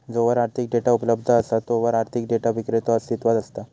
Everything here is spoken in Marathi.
जोवर आर्थिक डेटा उपलब्ध असा तोवर आर्थिक डेटा विक्रेतो अस्तित्वात असता